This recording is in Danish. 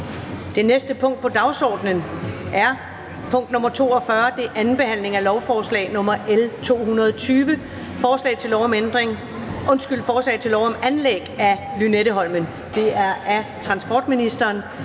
Det næste punkt på dagsordenen er: 42) 2. behandling af lovforslag nr. L 220: Forslag til lov om anlæg af Lynetteholm. Af transportministeren